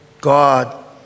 God